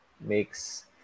makes